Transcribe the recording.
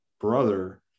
brother